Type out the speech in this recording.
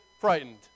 frightened